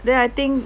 then I think